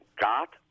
got